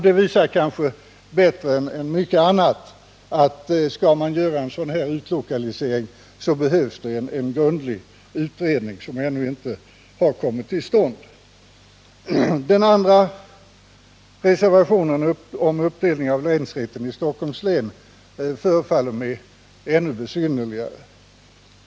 Det visar kanske bättre än mycket annat att skall man göra en sådan här utlokalisering behövs en grundlig utredning, som ännu inte har kommit till stånd. län, förefaller mig ännu besynnerligare.